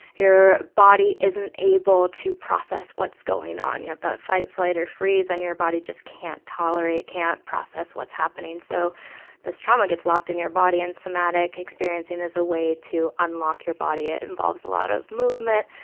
your body isn't able to process what's going on. you have the fight, flight or freeze and your body just can't tolerate, can't process what's happening so this trauma gets locked in your body and somatic experiencing is a way to unlock your body. it involves a lot of movement,